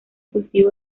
cultivo